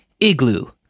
igloo